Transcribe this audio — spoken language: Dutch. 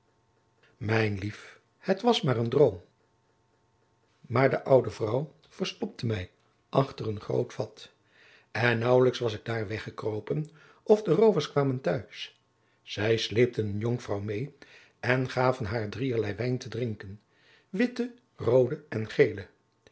mijn lief het was maar een droom maar de oude vrouw verstopte mij achter een groot vat en nauwelijks was ik daar weggekropen of de roovers kwamen thuis zij sleepten een jonkvrouw meê en gaven haar drieërlei wijn te drinken witte roode en gele